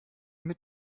mit